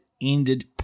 ended